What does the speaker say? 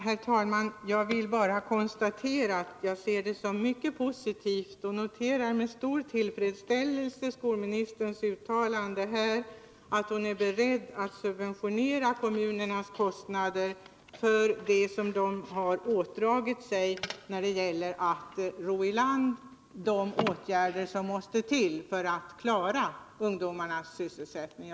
Herr talman! Jag vill bara säga att jag med stor tillfredsställelse noterat skolministerns uttalande, att hon är beredd att subventionera de kostnader som kommunerna ådragit sig när det gäller att roi land de åtgärder som måste till för att man skall klara ungdomarnas sysselsättning.